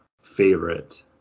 favorite